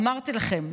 אמרתי לכם,